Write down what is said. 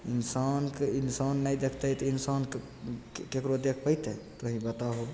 इंसान के इंसान नहि देखतय तऽ इंसान केकरो देख पइतय तोही बताहो